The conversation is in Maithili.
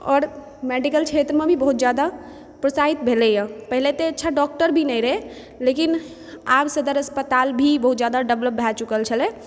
आओर मेडिकल क्षेत्रमे भी बहुत जादा प्रोत्साहित भेलैए पाहिले एते अच्छा डॉक्टर भी नहि रहै लेकिन आब सदर अस्पताल भी बहुत जादा डेवेलप भए चुकल छलै